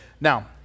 Now